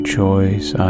choice